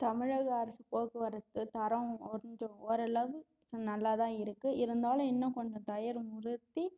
தமிழக அரசு போக்குவரத்து தரம் கொஞ்சம் ஓரளவு நல்லாதான் இருக்குது இருந்தாலும் இன்னும் கொஞ்சம் தரம் உயருத்தி